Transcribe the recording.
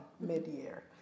mid-year